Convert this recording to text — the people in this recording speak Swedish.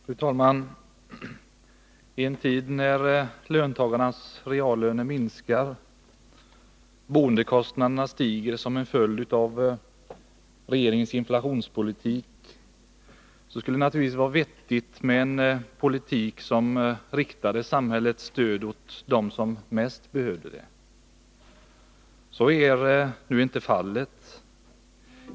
Fru talman! I en tid när löntagarnas reallöner minskar och boendekostnaderna stiger som en följd av regeringens inflationspolitik skulle det naturligtvis vara vettigt med en politik som riktade samhällets stöd åt dem som bäst behöver det. Så är nu inte fallet.